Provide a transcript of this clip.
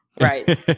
right